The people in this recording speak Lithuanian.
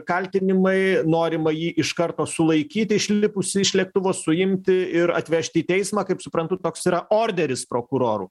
kaltinimai norima jį iš karto sulaikyti išlipusį iš lėktuvo suimti ir atvežti į teismą kaip suprantu toks yra orderis prokurorų